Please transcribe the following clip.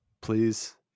please